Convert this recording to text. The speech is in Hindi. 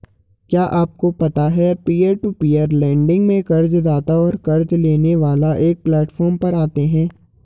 क्या आपको पता है पीयर टू पीयर लेंडिंग में कर्ज़दाता और क़र्ज़ लेने वाला एक प्लैटफॉर्म पर आते है?